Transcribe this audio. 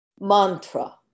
mantra